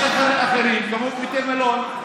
יש אחרים, כמו בתי מלון,